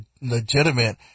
legitimate